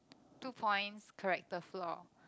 two points character flaw